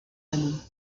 amour